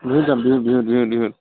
বিহুত যাম বিহুত বিহুত বিহুত বিহুত